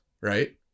right